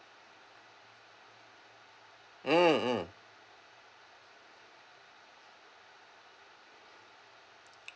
mm mm